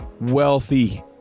wealthy